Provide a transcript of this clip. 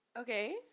okay